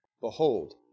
Behold